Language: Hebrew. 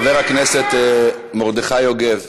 חבר הכנסת מרדכי יוגב.